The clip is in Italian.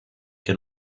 che